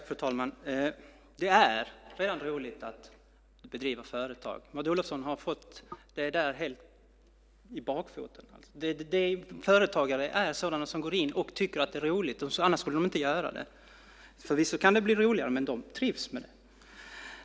Fru talman! Det är redan roligt att driva företag. Maud Olofsson har fått det där helt om bakfoten. Företagare är sådana som går in och tycker att det är roligt, annars skulle de inte göra det. Förvisso kan det bli roligare, men de trivs med det.